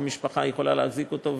אם המשפחה יכולה להחזיק אותו,